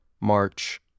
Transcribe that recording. March